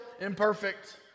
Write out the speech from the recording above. imperfect